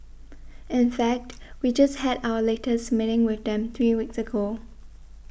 in fact we just had our latest meeting with them three weeks ago